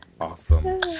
awesome